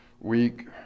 week